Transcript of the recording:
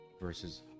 versus